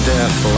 Death